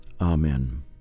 Amen